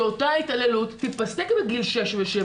שאותה התעללות תיפסק בגיל 6 ו-7,